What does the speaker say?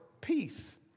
peace